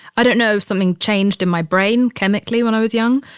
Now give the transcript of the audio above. i don't know if something changed in my brain chemically when i was young.